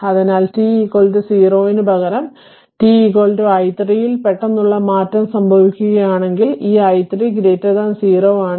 അതിനാൽ t 0 ന് പകരം t i3 ൽ പെട്ടെന്നുള്ള മാറ്റം സംഭവിക്കുകയാണെങ്കിൽ ആ i3 0 ആണ്